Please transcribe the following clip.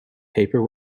paper